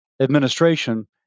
administration